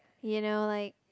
you know like